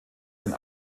den